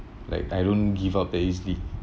like I don't give up that easily